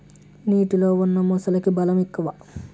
నీటిలో ఉన్న మొసలికి బలం ఎక్కువ